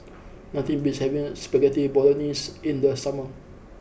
nothing beats having Spaghetti Bolognese in the summer